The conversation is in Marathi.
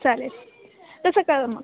चालेल तसं कळवा मग